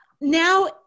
now